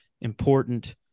important